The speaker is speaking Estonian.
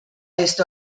eest